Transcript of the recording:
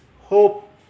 hope